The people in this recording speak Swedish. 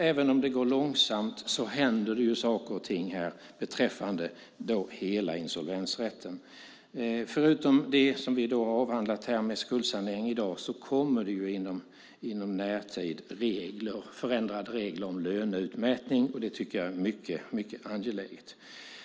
Även om det går långsamt händer successivt saker och ting beträffande hela insolvensrätten. Förutom det vi i dag avhandlat beträffande skuldsaneringen kommer i en närtid förändrade regler om löneutmätning, något som jag tycker är mycket angeläget.